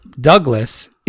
Douglas